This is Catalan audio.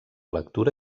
lectura